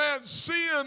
Sin